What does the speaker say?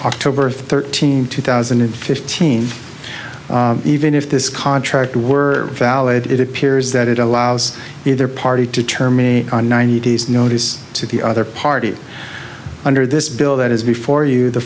october thirteenth two thousand and fifteen even if this contract were valid it appears that it allows either party to terminate on ninety days notice to the other party under this bill that is before you the